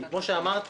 כי כפי שאמרתי,